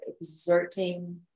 exerting